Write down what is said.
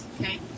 okay